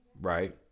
right